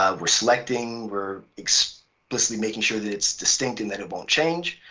ah we're selecting, we're explicitly making sure that it's distinct in that it won't change,